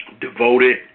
devoted